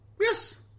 yes